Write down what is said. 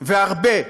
והרבה.